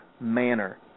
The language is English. manner